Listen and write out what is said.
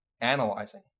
analyzing